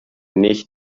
nicht